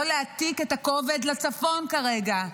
לא להעתיק את הכובד לצפון כרגע.